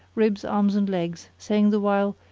ribs, arms and legs, saying the while,